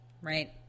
right